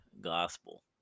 gospel